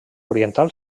oriental